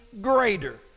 greater